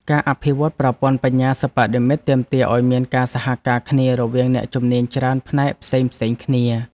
ការអភិវឌ្ឍប្រព័ន្ធបញ្ញាសិប្បនិម្មិតទាមទារឱ្យមានការសហការគ្នារវាងអ្នកជំនាញច្រើនផ្នែកផ្សេងៗគ្នា។